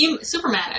Superman